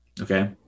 Okay